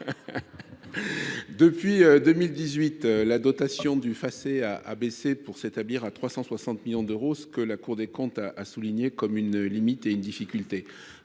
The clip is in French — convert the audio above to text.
Depuis 2018, la dotation du Facé a baissé, pour s’établir à 360 millions d’euros, ce que la Cour des comptes a souligné comme une limite et une difficulté.